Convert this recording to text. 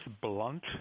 blunt